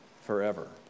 forever